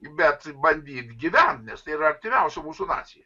bet bandyt gyvent nes tai yra artimiausia mūsų nacija